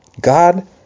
God